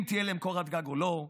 אם תהיה להם קורת גג או לא,